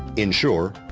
ensure,